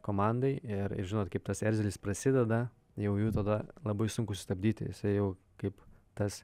komandai ir žinot kaip tas erzelis prasideda jau jį tada labai sunku sustabdyti jisai jau kaip tas